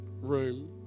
room